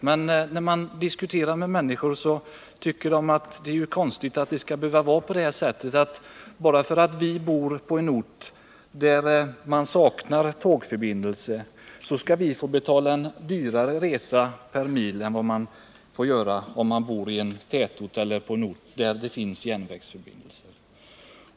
” När man diskuterar denna fråga med människor tycker de att det är konstigt att det skall behöva vara på detta sätt, att bara för att de bor på en ort där det saknas tågförbindelser skall de betala dyrare resor per mil än vad man gör om man bor i en tätort eller en ort där det finns järnvägsförbindelser.